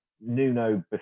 Nuno